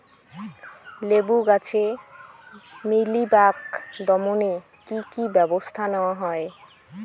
লেবু গাছে মিলিবাগ দমনে কী কী ব্যবস্থা নেওয়া হয়?